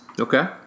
Okay